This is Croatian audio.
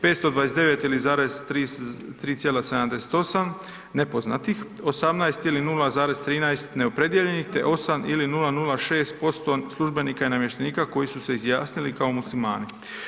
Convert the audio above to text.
529 ili 3,78 nepoznatih, 18 ili 0,13 neopredijeljenih te 8 ili 0,06% službenika i namještenika koji su se izjasnili kao muslimani.